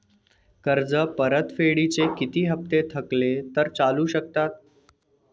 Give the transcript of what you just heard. कर्ज परतफेडीचे किती हप्ते थकले तर चालू शकतात?